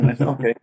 okay